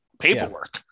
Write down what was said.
paperwork